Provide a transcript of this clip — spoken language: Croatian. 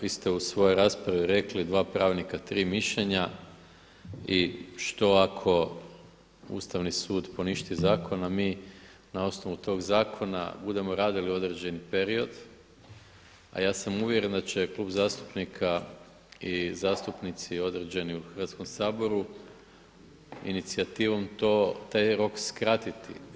Vi ste u svojoj raspravi rekli dva pravnika, tri mišljenja i što ako Ustavni sud poništi zakon a mi na osnovu tog zakona budemo radili određen period, a ja sam uvjeren da će klub zastupnika i zastupnici određeni u Hrvatskom saboru inicijativom taj rok skratiti.